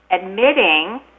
admitting